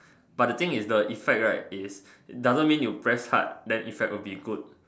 but the thing is the effect right is it doesn't mean you press hard then effect will be good